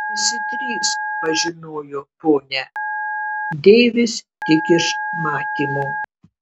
visi trys pažinojo ponią deivis tik iš matymo